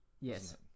Yes